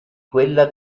quella